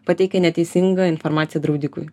pateikė neteisingą informaciją draudikui